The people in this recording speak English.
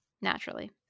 Naturally